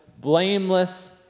blameless